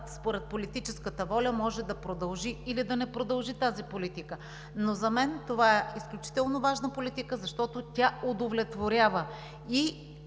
според политическата воля може да продължи или да не продължи тази политика, но за мен това е изключително важна политика, защото тя удовлетворява и